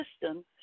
system